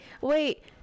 wait